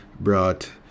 brought